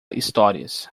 histórias